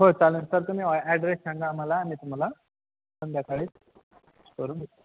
हो चालेल सर तुम्ही ॲड्रेस सांगा आम्हाला आम्ही तुम्हाला संध्याकाळी करून देतो